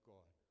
God